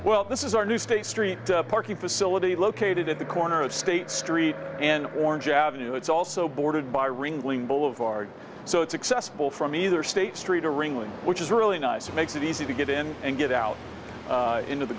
well this is our new state street parking facility located at the corner of state street and orange avenue it's also bordered by ringling boulevard so it's accessible from either state street a ringling which is really nice it makes it easy to get in and get out into the